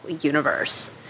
universe